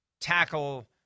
tackle